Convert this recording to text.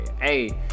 hey